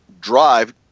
drive